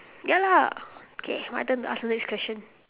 ya lah okay my turn to ask the next question